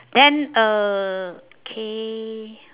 then uh K